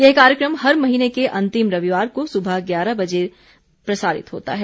यह कार्यक्रम हर महीने के अन्तिम रविवार को सुबह ग्यारह बजे दिन में प्रसारित होता है